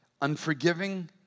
unforgiving